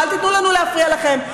אל תיתנו לנו להפריע לכם.